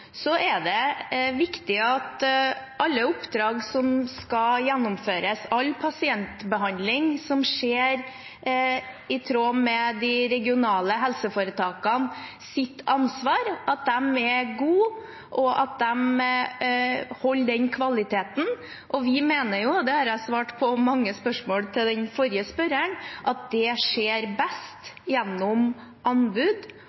er viktig at alle oppdrag som skal gjennomføres, all pasientbehandling som skjer i tråd med de regionale helseforetakenes ansvar, er gode og holder den kvaliteten. Vi mener – og det har jeg svart på mange spørsmål fra forrige spørrer – at det skjer best gjennom anbud